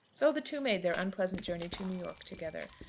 so the two made their unpleasant journey to new york together.